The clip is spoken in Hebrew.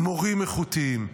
מורים איכותיים,